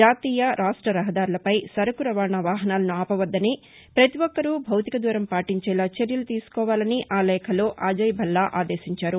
జాతీయ రాష్ట రహదారులపై సరకు రవాణా వాహనాలను ఆపవద్దని ప్రతి ఒక్కరూ భౌతిక దూరం పాటించేలా చర్యలు తీసుకోవాలని ఆ లేఖలో అజయ్భల్లా ఆదేశించారు